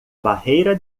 barreira